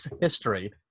history